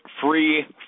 free